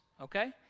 okay